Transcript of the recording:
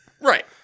right